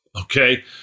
Okay